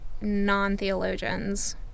non-theologians